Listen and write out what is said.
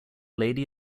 lady